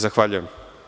Zahvaljujem.